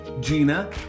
Gina